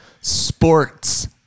sports